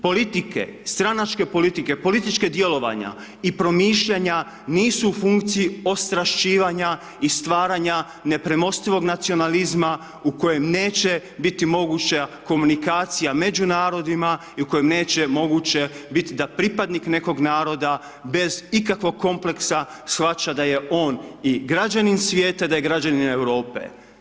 Politike, stranačke politike, politička djelovanja i promišljanja nisu u funkciji ostrašćivanja i stvaranja nepremostivog nacionalizma u kojem neće biti moguća komunikacija među narodima i u kojem neće moguće bit da pripadnik nekog naroda bez ikakvog kompleksa shvaća da je on i građanin svijeta i da je građanin Europe.